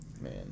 Man